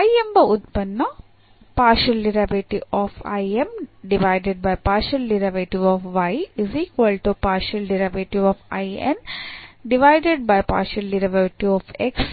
I ಎಂಬ ಉತ್ಪನ್ನ